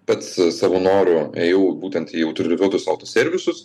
pats savo noru ėjau būtent į autorizuotus autoservisus